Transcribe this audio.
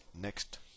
Next